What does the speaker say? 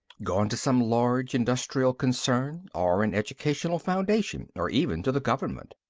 gone to some large industrial concern or an educational foundation or even to the government.